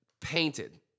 painted